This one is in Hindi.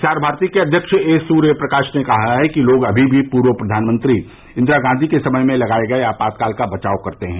प्रसार भारती के अध्यक्ष ए सूर्य प्रकाश ने कहा है कि लोग अभी भी पूर्व प्रधानमंत्री इंदिरा गांधी के समय में लगाए गए आपातकाल का बचाव करते है